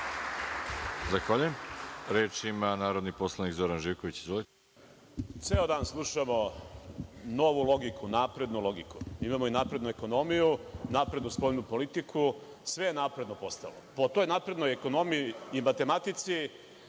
Arsić** Reč ima narodni poslanik Zoran Živković. **Zoran Živković** Ceo dan slušamo novu logiku, naprednu logiku, imamo i naprednu ekonomiju, naprednu spoljnu politiku. Sve je napredno postalo. Po toj naprednoj ekonomiji i matematici